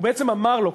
הוא בעצם אמר לו,